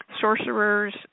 sorcerers